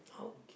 okay